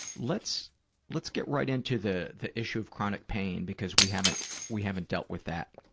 let's let's get right into the the issue of chronic pain, because we haven't we haven't dealt with that.